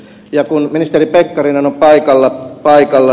ja kun ministeri pekkarinen on paikalla